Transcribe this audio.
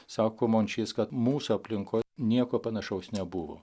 sako mončys kad mūsų aplinkoj nieko panašaus nebuvo